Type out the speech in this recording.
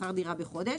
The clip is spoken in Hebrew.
דירה בחודש.